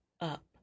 up